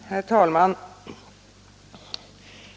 Herr talman!